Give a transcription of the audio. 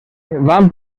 van